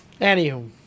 anywho